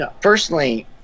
Personally